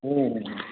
हँ